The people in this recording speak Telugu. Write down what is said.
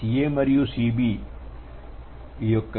Ca మరియు Cb